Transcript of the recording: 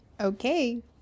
okay